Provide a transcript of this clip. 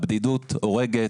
הבדידות הורגת.